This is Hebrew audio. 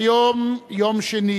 היום יום שני,